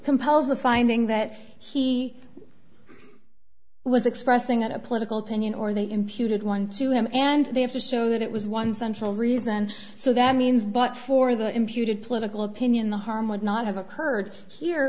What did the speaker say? compels the finding that he was expressing a political opinion or they imputed one to him and they have to show that it was one central reason so that means but for the imputed political opinion the harm would not have occurred here